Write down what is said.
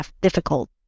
difficult